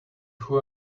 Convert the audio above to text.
who